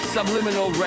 Subliminal